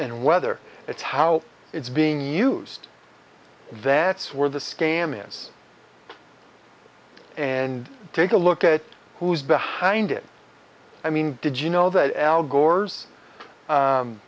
whether it's how it's being used that's where the scam is and take a look at who's behind it i mean did you know that al gore's